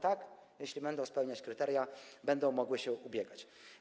Tak, jeśli będą spełniać kryteria, będą mogły się ubiegać.